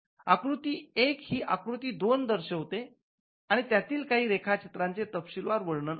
आकृती १ ही आकृती २ दर्शविते आणि त्यातील रेखाचित्रांचे तपशीलवार वर्णन आहे